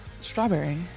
Strawberry